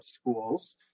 schools